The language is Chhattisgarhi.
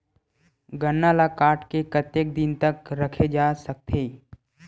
गन्ना ल काट के कतेक दिन तक रखे जा सकथे?